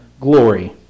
glory